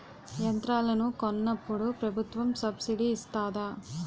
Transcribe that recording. యంత్రాలను కొన్నప్పుడు ప్రభుత్వం సబ్ స్సిడీ ఇస్తాధా?